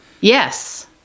Yes